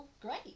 great